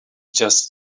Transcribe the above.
just